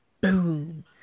Boom